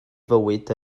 fywyd